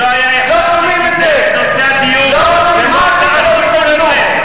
לא היה אחד שקידם את נושא הדיור כמו שר השיכון הזה.